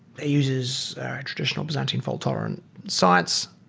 it uses a traditional presenting fault-tolerant sites,